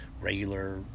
regular